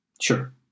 Sure